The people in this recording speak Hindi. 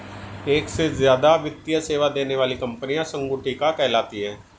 एक से ज्यादा वित्तीय सेवा देने वाली कंपनियां संगुटिका कहलाती हैं